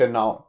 now